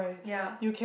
ya